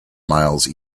miles